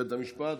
לממש את